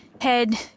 head